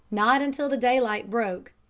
not until the daylight broke,